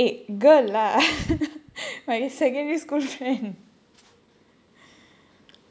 eh girl lah my secondary school friend